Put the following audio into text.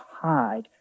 hide